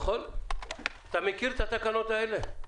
אתה מכיר את התקנות האלה?